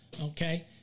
okay